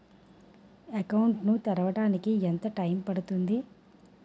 Account ను తెరవడానికి ఎంత టైమ్ పడుతుంది?